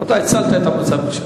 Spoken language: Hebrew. אתה הצלת את המצב.